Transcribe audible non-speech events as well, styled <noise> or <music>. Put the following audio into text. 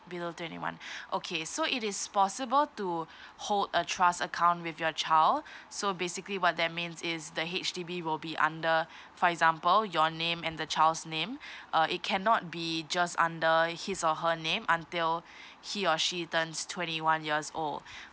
below twenty one <breath> okay so it is possible to hold a trust account with your child so basically what that means is the H_D_B will be under for example your name and the child's name <breath> uh it cannot be just under his or her name until he or she turns twenty one years old <breath>